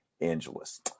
Angeles